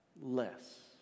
Less